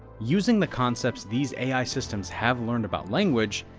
using the concepts these ai systems have learned about language,